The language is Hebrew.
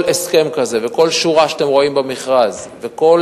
כל הסכם כזה וכל שורה שאתם רואים במכרז וכל